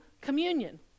communion